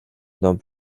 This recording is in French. dans